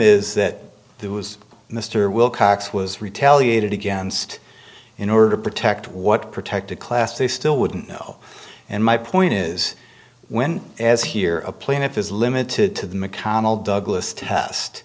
is that there was mr wilcox was retaliated against in order to protect what protected class they still wouldn't know and my point is when as here a plaintiff is limited to the mcconnell douglas test